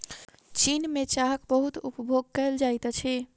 चीन में चाहक बहुत उपभोग कएल जाइत छै